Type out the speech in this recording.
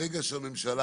ברגע שהממשלה